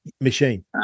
machine